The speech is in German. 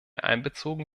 einbezogen